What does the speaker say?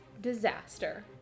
disaster